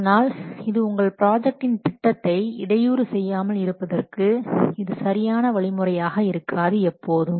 ஆனால் இது உங்கள் ப்ராஜெக்டின் திட்டத்தை இடையூறு செய்யாமல் இருப்பதற்கு இது சரியான வழிமுறையாக இருக்காது எப்போதும்